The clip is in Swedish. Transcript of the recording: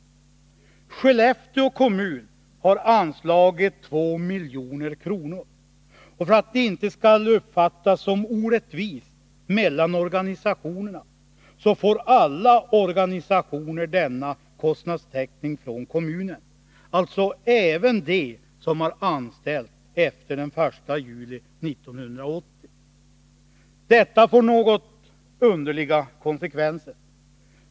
Skellefteå kommun har anslagit 2 milj.kr. För att det inte skall uppfattas som orättvist mot någon organisation, får alla organisationer denna kostnadstäckning från kommunen, alltså även de som har anställt efter den 1 juli 1980. Detta får något underliga konsekvenser.